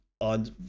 on